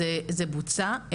זה בוצע,